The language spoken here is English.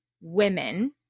women